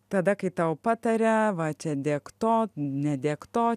tada kai tau pataria va čia dėk to nedėk to